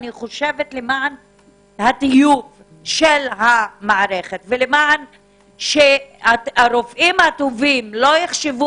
למען הטיוב של המערכת וכדי שהרופאים הטובים יישארו